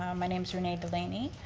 um my name's rene delaney.